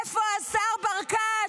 איפה השר ברקת?